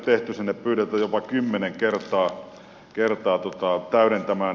niitä pyydetään jopa kymmenen kertaa täydentämään